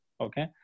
Okay